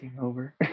over